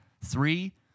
Three